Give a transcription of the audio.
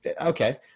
Okay